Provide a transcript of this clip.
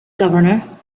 governor